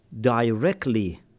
directly